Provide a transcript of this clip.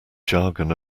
jargon